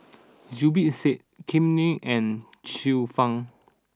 Zubir Said Kam Ning and Xiu Fang